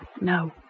No